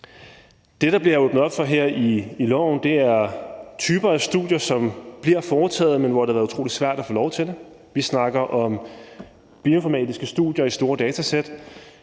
Det, der blivet åbnet op for her i loven, er typer af studier, som bliver foretaget, men hvor det har været utrolig svært at få lov til det. Vi snakker om bioinformatiske studier i store datasæt,